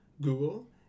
Google